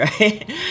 right